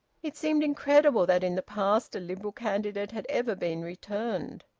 it seemed incredible that in the past a liberal candidate had ever been returned.